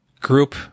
group